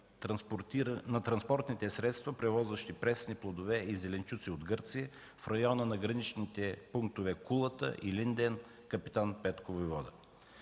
на транспортните средства, превозващи пресни плодове и зеленчуци от Гърция в района на граничните пунктове Кулата, Илинден, Капитан Петко войвода.